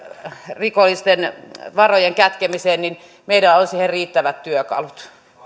rikollisten varojen kätkemisen selvittämiseen niin meillä on siihen riittävät työkalut